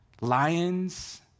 lions